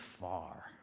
far